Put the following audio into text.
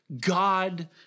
God